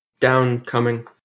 downcoming